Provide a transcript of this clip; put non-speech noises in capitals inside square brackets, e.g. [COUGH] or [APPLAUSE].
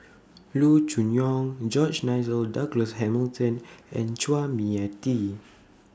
Loo Choon Yong George Nigel Douglas Hamilton [NOISE] and Chua Mia Tee